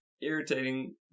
irritating